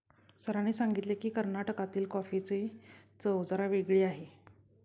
सरांनी सांगितले की, कर्नाटकातील कॉफीची चव जरा वेगळी आहे